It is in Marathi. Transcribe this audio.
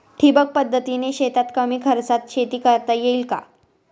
ठिबक पद्धतीने शेतात कमी खर्चात शेती करता येईल का?